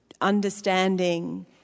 understanding